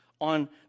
on